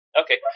Okay